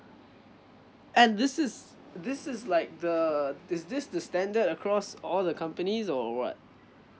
and this is this is like the does this the standard across all the companies or what